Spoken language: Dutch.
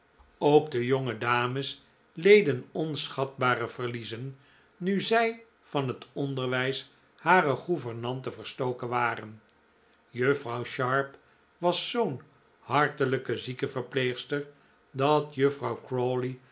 ook de jonge dames leden onschatbare verliezen nu zij van het onderwijs harer gouvernante verstoken waren juffrouw sharp was zoo'n hartelijke ziekenverpleegster dat juffrouw